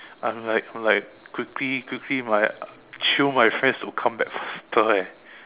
I'm like like quickly quickly my jio my friends to come back faster eh